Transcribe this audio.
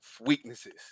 weaknesses